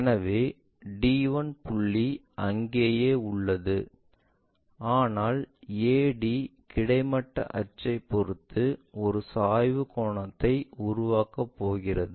எனவே d 1 புள்ளி அங்கேயே உள்ளது ஆனால் ad கிடைமட்ட அச்சைப் பொறுத்து ஒரு சாய்வு கோணத்தை உருவாக்கப் போகிறது